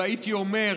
והייתי אומר מלאה,